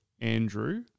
Andrew